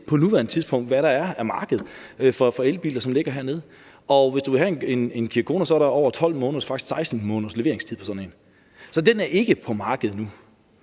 på nuværende tidspunkt, hvad der er på markedet for elbiler til den pris. Og hvis du vil have en Kia Kona, er der over 12 måneders leveringstid på sådan en, faktisk 16 måneder. Så den er ikke på markedet nu,